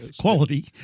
Quality